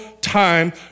time